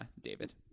David